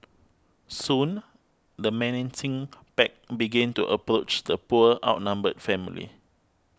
soon the menacing pack began to approach the poor outnumbered family